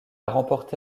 remporté